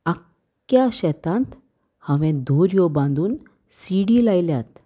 आख्ख्या शेतांत हांवें धोरयो ह्यो बांदून सिडी लायल्यात